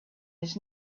his